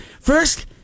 first